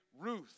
Ruth